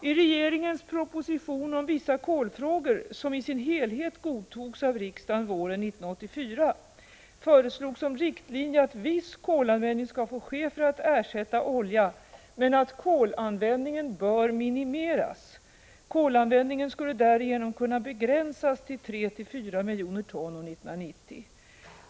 I regeringens proposition om vissa kolfrågor, som i sin helhet godtogs av riksdagen våren 1984, föreslogs som riktlinje att viss kolanvändning skall få ske för att ersätta olja men att kolanvändningen bör minimeras. Kolanvändningen skulle därigenom kunna begränsas till 34 miljoner ton år 1990.